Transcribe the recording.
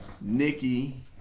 Nikki